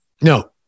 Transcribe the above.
No